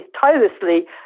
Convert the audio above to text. tirelessly